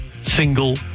single